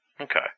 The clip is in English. Okay